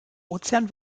ozean